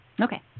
okay